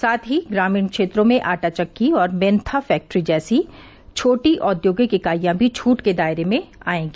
साथ ही ग्रामीण क्षेत्रों में आटा चक्की और मेन्था फैक्ट्री जैसी छोटी औद्योगिक इकाइयां भी छूट के दायरे में आएगी